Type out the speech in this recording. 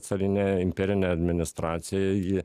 carinė imperinė administracija jį